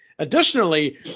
Additionally